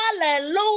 Hallelujah